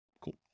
Cool